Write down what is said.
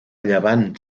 llevant